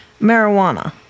marijuana